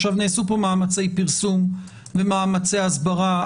נעשו פה מאמצי פרסום ומאמצי הסברה.